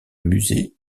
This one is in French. musée